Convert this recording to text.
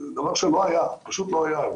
דבר שלא היה, פשוט לא היה.